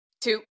two